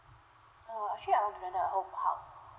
err actually I want to rent out whole house